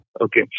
Okay